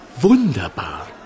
wunderbar